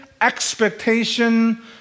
expectation